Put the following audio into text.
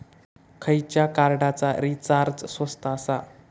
खयच्या कार्डचा रिचार्ज स्वस्त आसा?